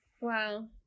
Wow